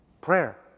Prayer